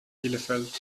bielefeld